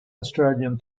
australian